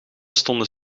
stonden